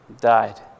died